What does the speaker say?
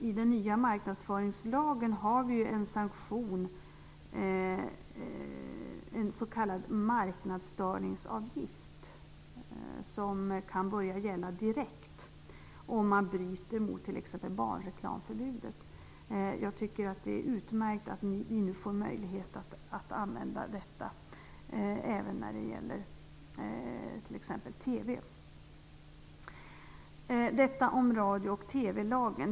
I den nya marknadsföringslagen har vi ju en sanktion, en s.k. marknadsstörningsavgift, som kan börja gälla direkt om man bryter mot t.ex. barnreklamförbudet. Jag tycker att det är utmärkt att vi nu får möjlighet att använda detta även när det gäller t.ex. TV. Detta om radio och TV-lagen.